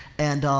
and,